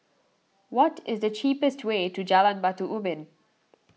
what is the cheapest way to Jalan Batu Ubin